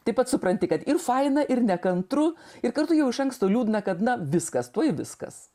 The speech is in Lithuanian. tai pats supranti kad ir faina ir nekantru ir kartu jau iš anksto liūdna kad viskas tuoj viskas